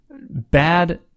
bad